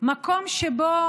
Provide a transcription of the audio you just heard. מקום שבו